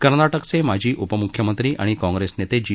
कर्नाटकचे माजी उपमुख्यमंत्री आणि काँग्रेस नेते जी